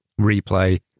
replay